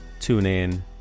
TuneIn